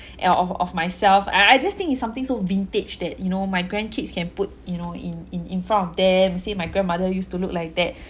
and of of myself and I just think it's something so vintage that you know my grandkids can put you know in in in front of them and say my grandmother used to look like that